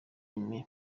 jimmy